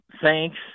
thanks